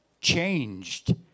changed